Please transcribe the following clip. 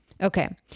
Okay